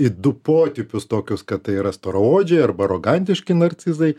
į du potipius tokius kad tai yra storaodžiai arba arogantiški narcizai